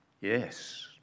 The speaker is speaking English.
Yes